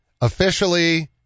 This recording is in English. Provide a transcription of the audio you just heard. officially